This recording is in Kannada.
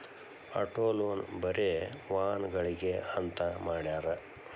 ಅಟೊ ಲೊನ್ ಬರೆ ವಾಹನಗ್ಳಿಗೆ ಅಂತ್ ಮಾಡ್ಯಾರ